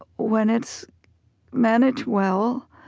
when it's managed well,